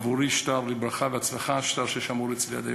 עבורי, שטר לברכה והצלחה, שטר ששמור אצלי עד היום.